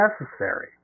necessary